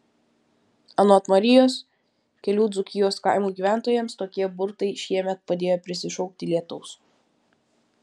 anot marijos kelių dzūkijos kaimų gyventojams tokie burtai šiemet padėjo prisišaukti lietaus